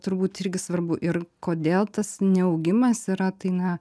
turbūt irgi svarbu ir kodėl tas neaugimas yra tai na